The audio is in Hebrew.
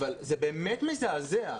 אבל זה באמת מזעזע.